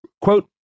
Quote